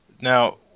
Now